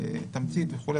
תמצית וכו',